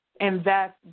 invest